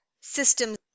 systems